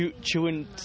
chewing